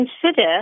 consider